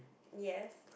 yes